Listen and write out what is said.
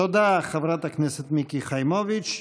תודה, חברת הכנסת מיקי חיימוביץ'.